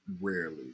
rarely